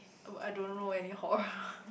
oh I don't know any horror